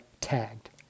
tagged